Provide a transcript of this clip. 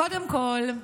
קודם כול,